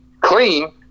clean